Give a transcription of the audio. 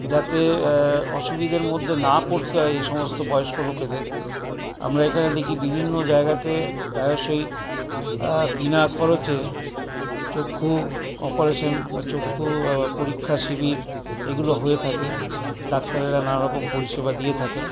যাতে অসুবিধের মধ্যে না পড়তে হয় এই সমস্ত বয়স্ক লোকেদের আমরা এখানে দেখি বিভিন্ন জায়গাতে প্রায়শই বিনা খরচে চক্ষু অপারেশন বা চক্ষু পরীক্ষা শিবির এগুলো হয়ে থাকে ডাক্তারেরা নানারকম পরিষেবা দিয়ে থাকেন